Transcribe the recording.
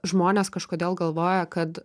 žmonės kažkodėl galvoja kad